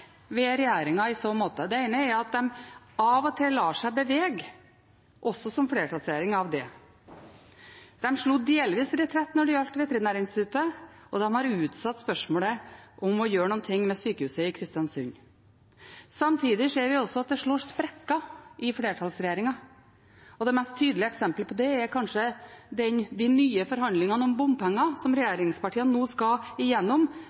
ved regjeringen i så måte. Det ene er at de av og til lar seg bevege, også som flertallsregjering, av det. De slo delvis retrett når det gjaldt Veterinærinstituttet, og de har utsatt spørsmålet om å gjøre noe med sykehuset i Kristiansund. Samtidig ser vi at flertallsregjeringen slår sprekker. Det mest tydelige eksemplet på det er kanskje de nye forhandlingene om bompenger som regjeringspartiene nå skal igjennom,